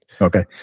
Okay